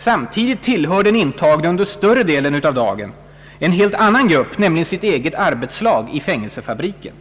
Samtidigt tillhör den intagne under större delen av dagen en helt annan grupp, nämligen sitt eget arbetslag i fängelsefabriken.